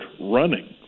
running